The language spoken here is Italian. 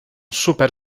super